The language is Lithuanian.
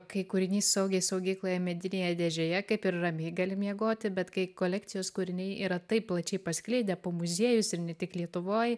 kai kūrinys saugiai saugykloje medinėje dėžėje kaip ir ramiai gali miegoti bet kai kolekcijos kūriniai yra taip plačiai pasklidę po muziejus ir ne tik lietuvoj